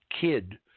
kid